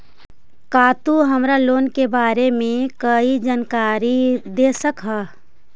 का तु हमरा लोन के बारे में कोई जानकारी दे सकऽ हऽ?